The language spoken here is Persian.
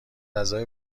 اعضای